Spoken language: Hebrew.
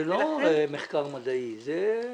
זה לא מחקר מדעי, זה סטטיסטיקות.